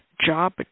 job